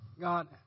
God